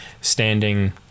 standing